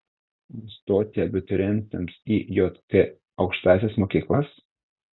ar stoti abiturientams į jk aukštąsias mokyklas